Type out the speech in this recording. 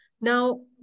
Now